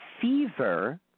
fever